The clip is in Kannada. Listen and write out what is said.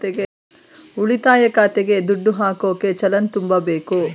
ಉಳಿತಾಯ ಖಾತೆಗೆ ದುಡ್ಡು ಹಾಕೋಕೆ ಚಲನ್ ತುಂಬಬೇಕು